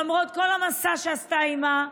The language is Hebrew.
למרות כל המסע שעשתה אימה,